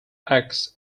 acts